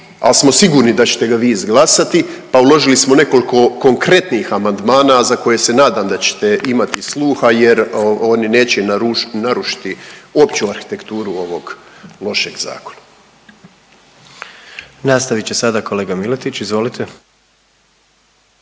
al smo sigurni da ćete ga vi izglasati, pa uložili smo nekoliko konkretnih amandmana za koje se nadam da ćete imati sluha jer oni neće narušiti opću arhitekturu ovog lošeg zakona. **Jandroković, Gordan (HDZ)** Nastavit će sada kolega Miletić, izvolite.